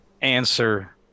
answer